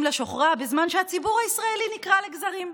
לשוכרה בזמן שהציבור הישראלי נקרע לגזרים.